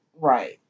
Right